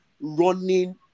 running